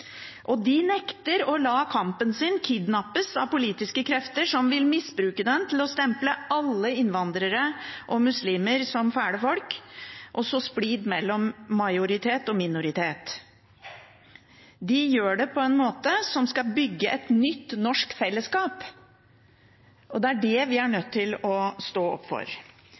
De nekter å la kampen sin kidnappes av politiske krefter som vil misbruke den til å stemple alle innvandrere og muslimer som fæle folk og å så splid mellom majoritet og minoritet. De gjør det på en måte som skal bygge et nytt norsk fellesskap, og det er vi nødt til å stå opp for.